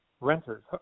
renters